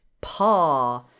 paw